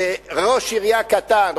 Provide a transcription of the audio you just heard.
ראש עירייה קטן,